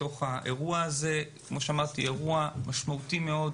אירוע משמעותי מאוד,